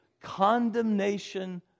condemnation